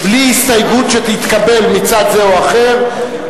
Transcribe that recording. בלי הסתייגות שתתקבל מצד זה או אחר,